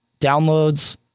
downloads